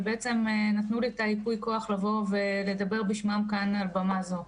ובעצם נתנו לי את ייפוי הכוח לבוא ולדבר בשמם כאן על במה זו.